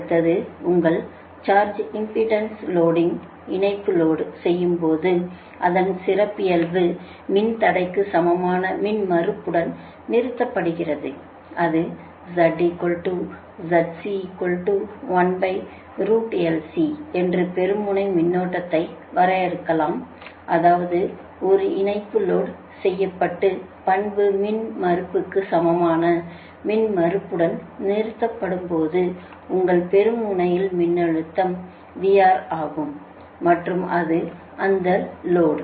அடுத்தது உங்கள் surge impedance loading surge impedance Loading இணைப்பு லோடு செய்யும்போது அதன் சிறப்பியல்பு மின்தடைக்கு சமமான மின்மறுப்புடன் நிறுத்தப்படுகிறது அது என்று பெறும் முனை மின்னோட்டத்தை வரையறுக்கலாம் அதாவது ஒரு இணைப்பு லோடு செய்யப்பட்டு பண்பு மின்மறுப்புக்கு சமமான மின்மறுப்புடன் நிறுத்தப்படும்போது உங்கள் பெறும் முனையில் மின்னழுத்தம் VR ஆகும் மற்றும் அது அந்த லோடு